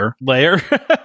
layer